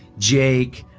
jake,